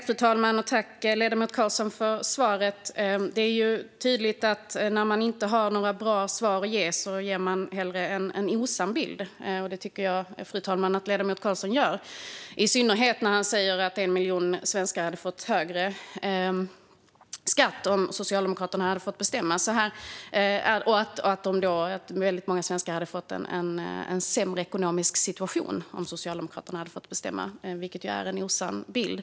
Fru talman! Tack, ledamoten Carlsson, för svaret! Det är tydligt att när man inte har några bra svar att ge ger man hellre en osann bild - och det tycker jag att ledamoten Carlsson gör, i synnerhet när han säger att 1 miljon svenskar hade fått högre skatt och att väldigt många svenskar hade fått en sämre ekonomisk situation om Socialdemokraterna fått bestämma. Det är en osann bild.